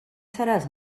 seràs